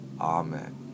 Amen